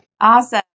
Awesome